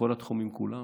בכל התחומים כולם,